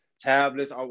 tablets